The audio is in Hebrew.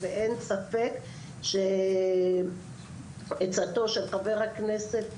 אין ספק שעצתו של חבר הכנסת,